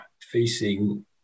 facing